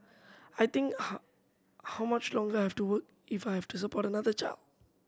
I think how how much longer I have to work if I have to support another child